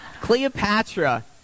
Cleopatra